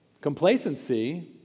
Complacency